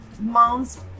Mom's